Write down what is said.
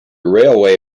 railway